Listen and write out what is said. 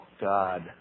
God